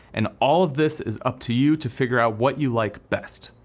and all of this is up to you to figure out what you like best.